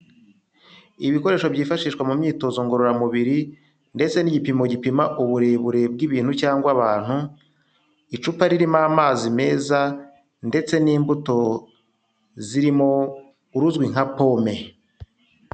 Ibikoresho byifashishwa mu myitozo ngororamubiri ndetse n'igipimo gipima uburebure bw'ibintu cyangwa abantu, icupa ririmo amazi meza ndetse n'imbuto zirimo uruzwi nka pome.